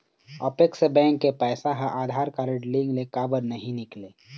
Apex bank के पैसा हा आधार कारड लिंक ले काबर नहीं निकले?